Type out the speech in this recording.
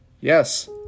Yes